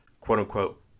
quote-unquote